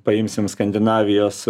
paimsim skandinavijos